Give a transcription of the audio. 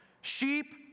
Sheep